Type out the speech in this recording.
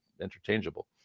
interchangeable